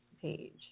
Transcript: page